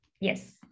yes